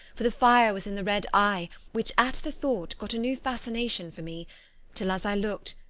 for the fire was in the red eye, which at the thought got a new fascination for me till, as i looked,